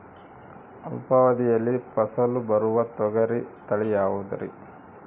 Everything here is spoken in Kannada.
ಅಲ್ಪಾವಧಿಯಲ್ಲಿ ಫಸಲು ಬರುವ ತೊಗರಿ ತಳಿ ಯಾವುದುರಿ?